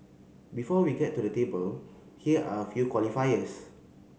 before we get to the table here are a few qualifiers